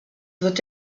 wird